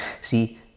See